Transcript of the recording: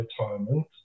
retirement